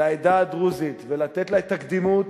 לעדה הדרוזית ולתת לה את הקדימות,